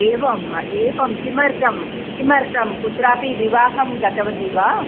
एवम् एवं किमर्थं किमर्थं कुत्रापि विवाहं गतवती वा